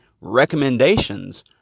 recommendations